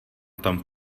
tom